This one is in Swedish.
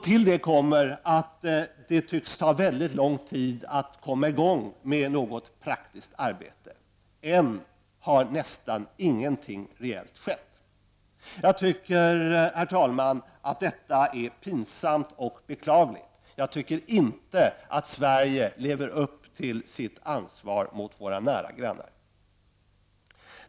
Till detta kommer att det tycks ta mycket lång tid att komma i gång med något praktiskt arbete. Ännu har nästan inget reellt skett. Jag tycker, herr talman, att detta är pinsamt och beklagligt. Jag tycker inte att Sverige lever upp till sitt ansvar mot sina nära grannar.